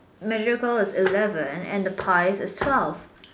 magical is eleven and the pies is twelve